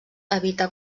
evitar